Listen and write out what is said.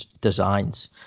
designs